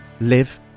live